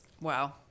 Wow